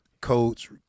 coach